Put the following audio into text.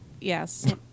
yes